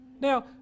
now